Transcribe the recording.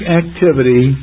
activity